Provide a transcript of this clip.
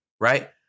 Right